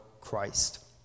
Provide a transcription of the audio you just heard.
Christ